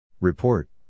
Report